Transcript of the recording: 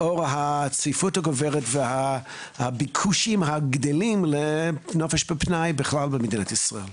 לאור הצפיפות הגוברת והביקושים הגדלים לנופש ופנאי בכלל במדינת ישראל?